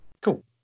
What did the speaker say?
cool